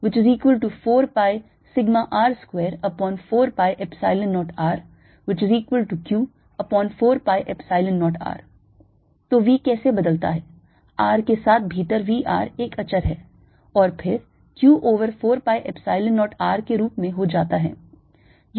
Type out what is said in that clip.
If zR VzσR20zzR RzσR04πσR24π0RQ4π0R तो V कैसे बदलता है R के साथ भीतर V R एक अचर है और फिर Q over 4 pi Epsilon 0 R के रूप में हो जाता है